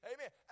Amen